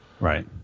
Right